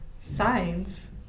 Signs